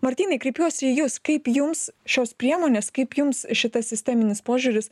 martynai kreipiuosi į jus kaip jums šios priemonės kaip jums šitas sisteminis požiūris